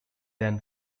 then